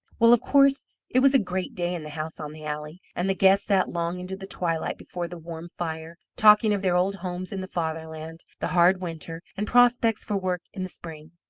well, of course it was a great day in the house on the alley, and the guests sat long into the twilight before the warm fire, talking of their old homes in the fatherland, the hard winter, and prospects for work in the spring.